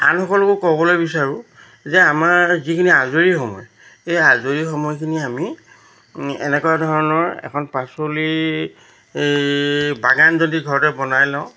আনসকলকো ক'বলৈ বিচাৰোঁ যে আমাৰ যিখিনি আজৰি সময় এই আজৰি সময়খিনি আমি এনেকুৱা ধৰণৰ এখন পাচলি বাগান যদি ঘৰতে বনাই লওঁ